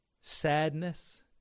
sadness